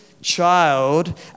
child